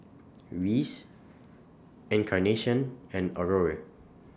Reese Encarnacion and Aurore